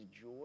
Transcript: joy